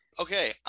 Okay